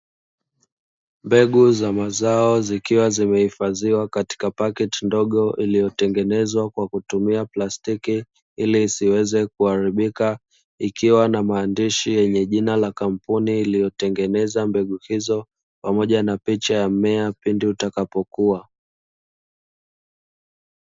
Mbegu za mazao zikiwa zimehifadhiwa katika paketi ndogo iliyotengenezwa kwa kutumia plastiki ili isiweze kuharibika, ikiwa na maandishi yenye jina la kampuni iliyotengenezwa mbegu hizo, pamoja na picha yamea pindi utakapokuwa.